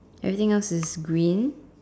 everything else is green